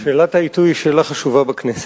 שאלת העיתוי היא שאלה חשובה בכנסת.